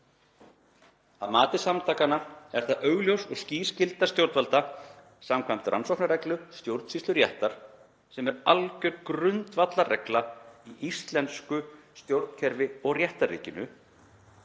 Að mati samtakanna er það augljós og skýr skylda stjórnvalda samkvæmt rannsóknarreglu stjórnsýsluréttar sem er algjör grundvallarregla í íslensku stjórnkerfi og réttarríkinu.